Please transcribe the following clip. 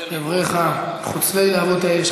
דבריך חוצבי להבות האש.